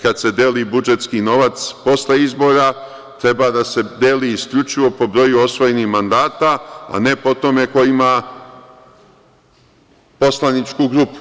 Kad se deli budžetski novac posle izbora, treba da se deli isključivo po broju osvojenih mandata, a ne po tome ko ima poslaničku grupu.